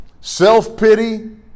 self-pity